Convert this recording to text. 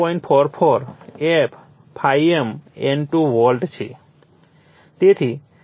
44 f ∅ m N2 volt છે